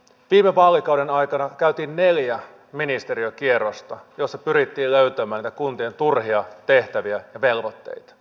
viime vaalikauden aikana käytiin neljä ministeriökierrosta joissa pyrittiin löytämään näitä kuntien turhia tehtäviä ja velvoitteita